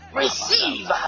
receive